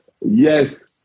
Yes